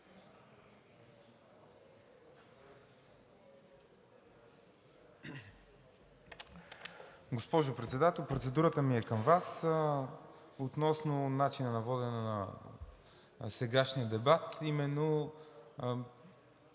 Госпожо Председател! Процедурата ми е към Вас относно начина на водене на сегашния дебат – именно